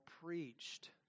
preached